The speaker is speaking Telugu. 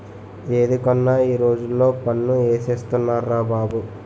ఏది కొన్నా ఈ రోజుల్లో పన్ను ఏసేస్తున్నార్రా బాబు